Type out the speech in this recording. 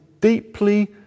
deeply